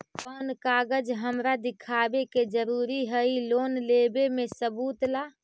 कौन कागज हमरा दिखावे के जरूरी हई लोन लेवे में सबूत ला?